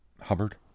Hubbard